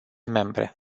membre